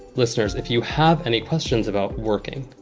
listeners, if you have any questions about working,